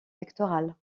pectorales